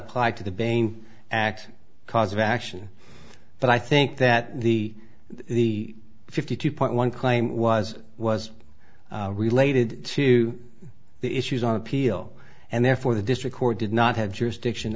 apply to the bain act cause of action but i think that the the fifty two point one claim was was related to the issues on appeal and therefore the district court did not have jurisdiction